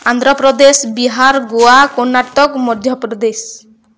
Andhra Pradesh Bihar Goa Karnataka Madhya Pradesh